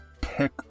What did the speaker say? pick